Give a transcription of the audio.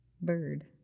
bird